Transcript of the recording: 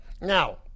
Now